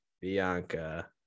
Bianca